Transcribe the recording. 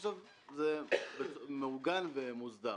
עכשיו זה מעוגן ומסודר.